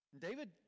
David